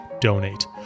donate